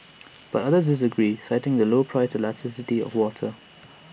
but others disagree citing the low price elasticity of water